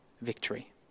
victory